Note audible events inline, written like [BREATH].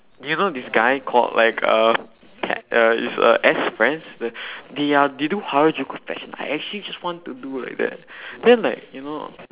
do you know this guy called like uh ted uh is uh they uh they do harajuku fashion I actually just want to do like that [BREATH] then like you know